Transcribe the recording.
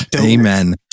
Amen